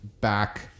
back